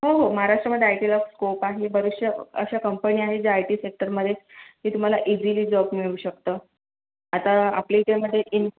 हो हो महाराष्ट्रामध्ये आय टीला स्कोप आहे बऱ्याचशा अशा कंपन्या आहेत ज्या आय टी सेक्टरमध्ये जे तुम्हाला इझिली जॉब मिळू शकतं आता आपल्या याच्यामध्ये इन